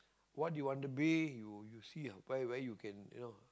what you want to be you you see where where you can you know